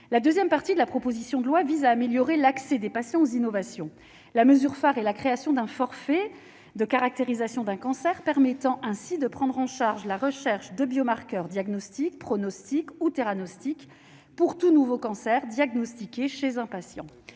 la 2ème partie de la proposition de loi vise à améliorer l'accès des patients aux innovations, la mesure phare est la création d'un forfait de caractérisation d'un cancer, permettant ainsi de prendre en charge la recherche de biomarqueurs diagnostiques pronostic ou Hanno Stick pour tout nouveau cancer diagnostiqué chez un patient